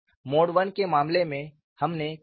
mode I के मामले में हमने क्या किया